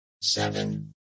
seven